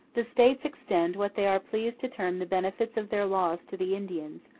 the states extend what they are pleased to term the benefits of their laws to the indians,